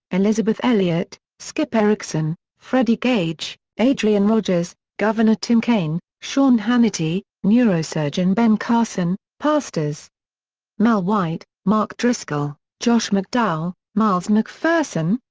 elisabeth elliot, skip erickson, freddie gage, adrian rogers, governor tim kaine, sean hannity, neurosurgeon ben carson, pastors mel white, mark driscoll, josh mcdowell, miles mcpherson,